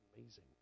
amazing